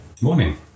Morning